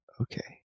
Okay